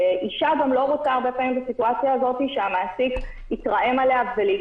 הרבה פעמים אישה לא רוצה בסיטואציה הזאת שהמעסיק יתרעם עליה ולא רוצה